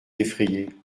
effrayée